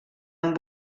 amb